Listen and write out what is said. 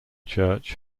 church